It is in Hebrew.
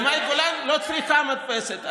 מאי גולן לא צריכה מדפסת,